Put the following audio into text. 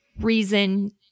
reason